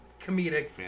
comedic